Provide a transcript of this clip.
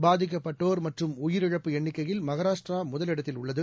பாதிக்கப்பட்டோர்மற்றும்உயிரிழப்புஎண்ணிக்கையில்மகாராஷ்டிராமுதலிடத்தில்உள் ளது